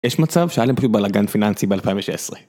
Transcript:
יש מצב שהיה לי פשוט בלאגן פיננסי ב-2016